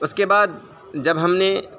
اس کے بعد جب ہم نے